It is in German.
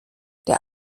der